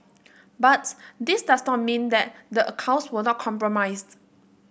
but this does not mean that the accounts were not compromised